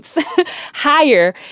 higher